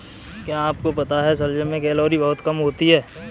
क्या आपको पता है शलजम में कैलोरी बहुत कम होता है?